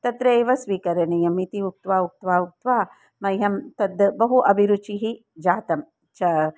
तत्रैव स्वीकरणीयम् इति उक्त्वा उक्त्वा उक्त्वा मह्यं तद् बहु अभिरुचिः जातं च